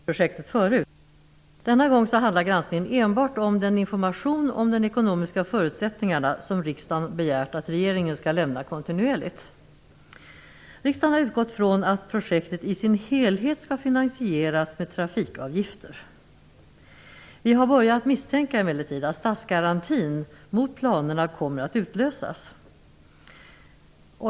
Herr talman! KU har granskat Öresundsbroprojektet förut. Denna gång handlar granskningen enbart om den information om de ekonomiska förutsättningarna som riksdagen har begärt att regeringen skall lämna kontinuerligt. Riksdagen har utgått från att projektet i sin helhet skall finansieras med trafikavgifter. Vi har emellertid börjat misstänka att statsgarantin mot planerna kommer att utlösas.